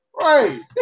Right